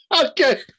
okay